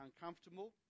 uncomfortable